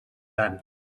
tant